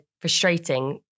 frustrating